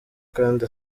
kandi